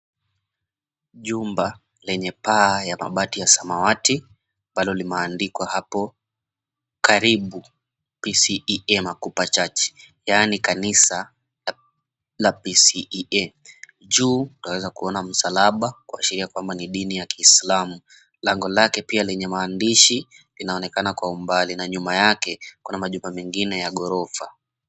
Jumba lenye paa ya mabati ya samawati ambalo limeandikwa hapo, Karibu PCEA Makupa Church, yaani kanisa la PCEA. Juu utaweza kuona msalaba, kuashiria kwamba ni dini ya kiislamu. Lango lake pia lenye maandishi inaonekana kwa umbali, na nyuma yake kuna majumba mengine ya gorofa.